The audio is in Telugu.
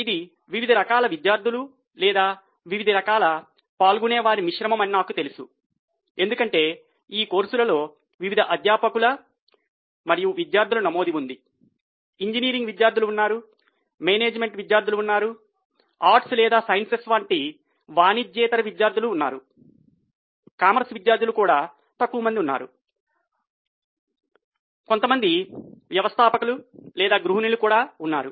ఇది వివిధ రకాల విద్యార్థులు లేదా వివిధ రకాల పాల్గొనేవారి మిశ్రమం అని నాకు తెలుసు ఎందుకంటే ఈ కోర్సులో వివిధ అధ్యాపకుల విద్యార్థుల నమోదు ఉంది ఇంజనీరింగ్ విద్యార్థులు ఉన్నారు మేనేజ్మెంట్ విద్యార్థులు ఉన్నారు ఆర్ట్ లేదా సైన్సెస్ వంటి వాణిజ్యేతర విద్యార్థులు ఉన్నారు కామర్స్ విద్యార్థులు కూడా తక్కువ మంది ఉన్నారు కొంతమంది వ్యవస్థాపకులు లేదా గృహిణులు ఉన్నారు